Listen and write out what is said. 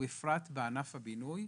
ובפרט בענף הבינוי,